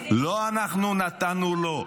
לא אנחנו נתנו לו.